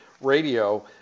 radio